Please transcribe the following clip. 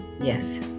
yes